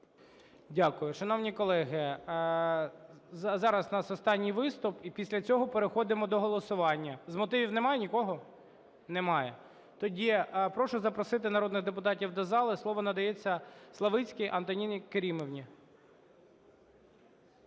Дякую. Шановні колеги, зараз у нас останній виступ і після цього переходимо до голосування. З мотивів немає нікого? Немає. Тоді прошу запросити народних депутатів до зали. Слово надається Славицькій Антоніні Керимівні.